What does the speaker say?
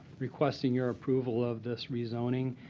requesting your approval of this rezoning.